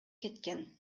кеткен